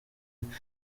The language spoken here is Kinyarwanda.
iki